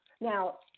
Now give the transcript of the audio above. Now